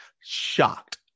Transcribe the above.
shocked